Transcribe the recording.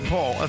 Paul